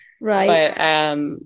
Right